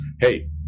Hey